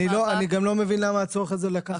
אני גם לא מבין מה הצורך הזה לקחת קרדיט מאנשים.